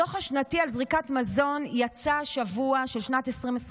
הדוח השנתי של שנת 2023